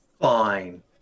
Fine